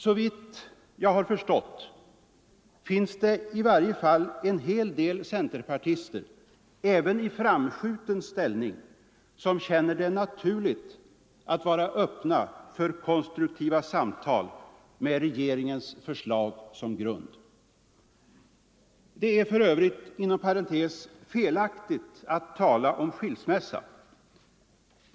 Såvitt jag har förstått finns det i varje fall centerpartister, även i framskjuten ställning, som känner det naturligt att vara öppna för konstruktiva samtal med regeringens förslag som grund. Det är för övrigt, inom parentes sagt, felaktigt att tala om skilsmässa.